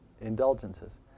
indulgences